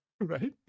Right